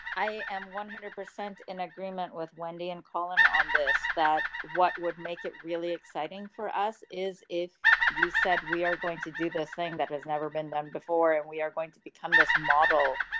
i am one hundred percent in agreement with wendy and colin on this that what would make it really exciting for us is if you said we are going to do this thing that has never been done before, and we are going to become this model.